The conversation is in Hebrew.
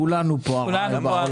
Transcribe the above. כולנו פה עראים.